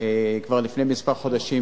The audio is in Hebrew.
כבר לפני כמה חודשים,